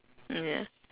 ya